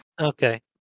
Okay